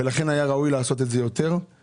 ולכן היה ראוי לעשות את זה יותר,